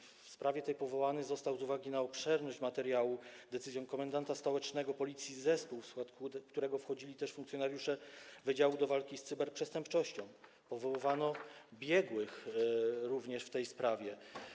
W tej sprawie powołany został z uwagi na obszerność materiału decyzją komendanta stołecznego Policji zespół, w skład którego wchodzili też funkcjonariusze Wydziału do walki z Cyberprzestępczością, także powoływano biegłych w tej sprawie.